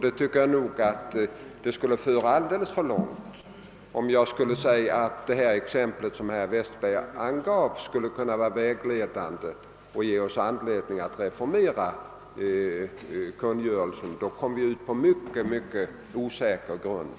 Det skulle enligt min mening föra alldeles för långt, om jag skulle säga att det exempel som herr Westberg i Ljusdal angav skulle vara vägledande vid tillämpningen och att det skulle ge anledning för oss att reformera kungörelsen. I så fall skulle vi komma ut på en mycket osäker grund.